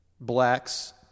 blacks